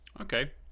okay